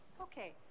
Okay